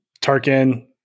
Tarkin